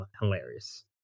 hilarious